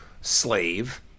slave